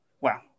Wow